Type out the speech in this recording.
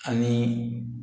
आनी